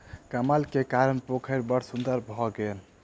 कमल के कारण पोखैर बड़ सुन्दर भअ गेल